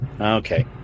Okay